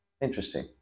Interesting